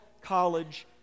college